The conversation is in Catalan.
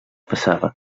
passava